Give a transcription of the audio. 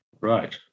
Right